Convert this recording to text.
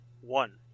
one